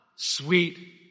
sweet